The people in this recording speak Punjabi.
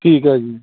ਠੀਕ ਹੈ ਜੀ